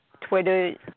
Twitter